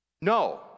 No